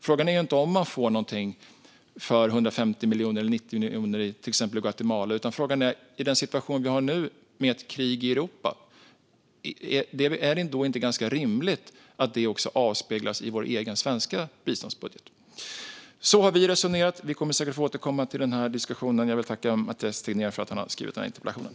Frågan är inte om man får något för 150 miljoner eller 90 miljoner i till exempel Guatemala utan om det inte i den situation vi har nu, med ett krig i Europa, är ganska rimligt att detta också avspeglas i vår egen svenska biståndsbudget. Så har vi resonerat. Vi kommer säkert att få återkomma till denna diskussion. Jag vill tacka Mathias Tegnér för att han ställt denna interpellation.